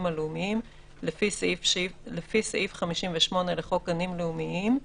הלאומיים לפי סעיף 58 לחוק גנים לאומיים,